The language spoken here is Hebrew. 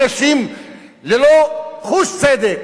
אנשים ללא חוש צדק,